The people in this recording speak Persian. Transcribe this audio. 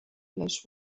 بهش